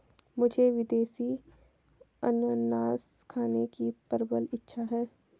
मुझे विदेशी अनन्नास खाने की प्रबल इच्छा है